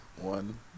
One